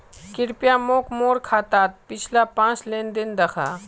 कृप्या मोक मोर खातात पिछला पाँच लेन देन दखा